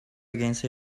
against